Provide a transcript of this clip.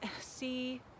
see